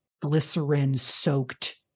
glycerin-soaked